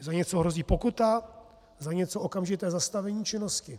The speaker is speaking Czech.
Za něco hrozí pokuta, za něco okamžité zastavení činnosti.